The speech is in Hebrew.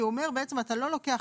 כי הוא אומר בעצם אתה לא לוקח,